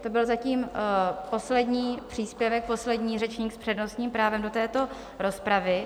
To byl zatím poslední příspěvek, poslední řečník s přednostním právem do této rozpravy.